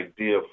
idea